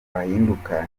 ahinduka